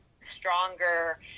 stronger